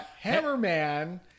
Hammerman